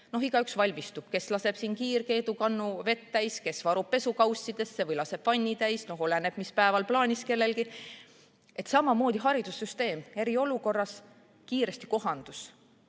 siis igaüks valmistub, kes laseb siin kiirkeedukannu vett täis, kes varub vett pesukausidesse või laseb vanni täis, oleneb sellest, mis päeval kellelgi plaanis, samamoodi haridussüsteem eriolukorras kiiresti kohandus.